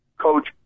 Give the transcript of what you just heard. coach